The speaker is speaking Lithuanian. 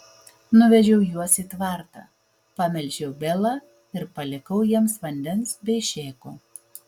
nuvedžiau juos į tvartą pamelžiau belą ir palikau jiems vandens bei šėko